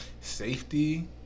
safety